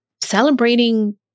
celebrating